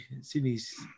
Sydney's